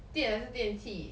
电还是电器